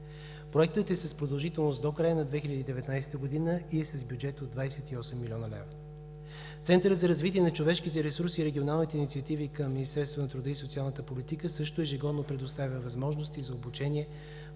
Проектът е с продължителност до края на 2019 г. и е с бюджет от 28 млн. лв. Центърът за развитие на човешките ресурси и регионалните инициативи към Министерството на труда и социалната политика също ежегодно предоставя възможности за обучение